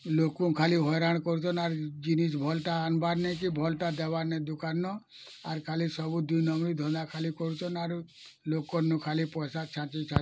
ଲୋକଙ୍କୁ ଖାଲି ହଇରାଣ କରୁଛନ୍ ଆର୍ ଜିନିଷ୍ ଭଲ୍ଟା ଆଣିବାର୍ ନାହିଁ କି ଭଲ୍ଟା ଦେବାର୍ ନାହିଁ ଦୁକାନ୍ର ଆରୁ ଖାଲି ସବୁ ଦୁଇ ନମ୍ୱରୀ ଧନ୍ଦା ଖାଲି କରୁଛନ୍ ଆରୁ ଲୋକ ନୁ ଖାଲି ପଇସା ଛାଞ୍ଚି